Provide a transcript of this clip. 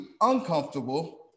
uncomfortable